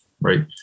right